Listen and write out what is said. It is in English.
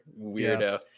weirdo